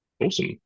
Awesome